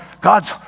God's